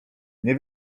nie